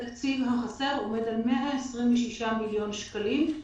התקציב החסר עומד על 126 מיליון שקלים.